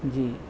جی